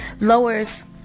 lowers